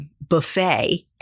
buffet